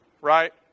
right